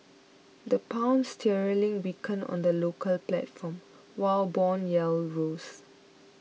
the Pound sterling weakened on the local platform while bond yields rose